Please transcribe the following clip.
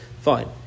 Fine